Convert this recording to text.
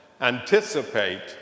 Anticipate